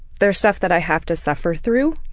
they're stuff that i have to suffer through,